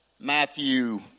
Matthew